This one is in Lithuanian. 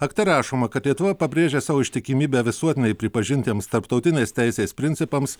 akte rašoma kad lietuva pabrėžia savo ištikimybę visuotinai pripažintiems tarptautinės teisės principams